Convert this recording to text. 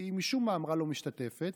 היא משום מה אמרה: לא משתתפת.